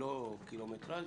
ולא בקילומטראז',